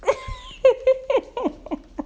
then